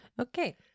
Okay